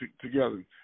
together